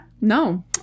no